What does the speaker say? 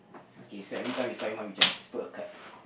okay so everything we find one we just put a card